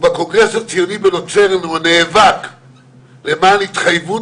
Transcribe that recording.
ובקונגרס הציוני בלוצרן הוא נאבק למען התחייבות